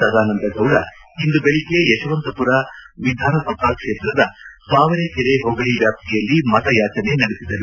ಸದಾನಂದ ಗೌಡ ಇಂದು ಬೆಳಿಗ್ಗೆ ಯಶವಂತಪುರ ವಿಧಾನ ಸಭಾ ಕ್ಷೇತ್ರದ ತಾವರೇಕೆರೆ ಹೋಬಳಿ ವ್ಯಾಪ್ತಿಯಲ್ಲಿ ಮತಯಾಚನೆ ನಡೆಸಿದರು